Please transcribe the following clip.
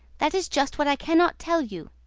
that is just what i cannot tell you.